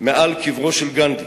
מעל קברו של גנדי: